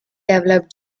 developed